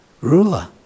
ruler